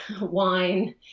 wine